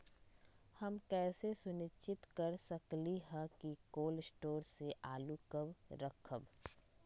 हम कैसे सुनिश्चित कर सकली ह कि कोल शटोर से आलू कब रखब?